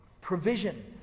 provision